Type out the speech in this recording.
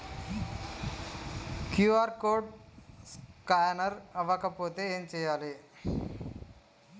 QR code scanner అవ్వకపోతే ఏం చేయాలి?